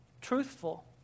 truthful